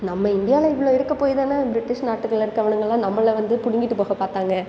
நம்ம இந்தியாவில் இவ்வளோ இருக்கப் போய் தானே பிரிட்டிஷ் நாடுகள்ல இருக்கிறவனுகல்லாம் நம்மளை வந்து பிடுங்கிட்டுப் போக பார்த்தாங்க